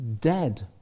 dead